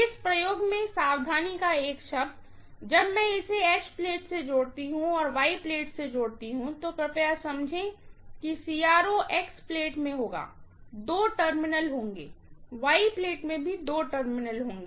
इस प्रयोग में सावधानी का एक शब्द जब मैं इसे H प्लेट से जोड़ती हूं और इसे Y प्लेट से जोड़ती हूं तो कृपया समझें कि CRO X प्लेट में होगा दो टर्मिनल होंगेY प्लेट में भी दो टर्मिनल होंगे